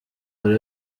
buri